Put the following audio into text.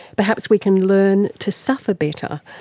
perhaps we can learn to suffer better.